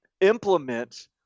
implement